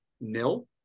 nil